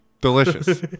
Delicious